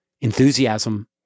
enthusiasm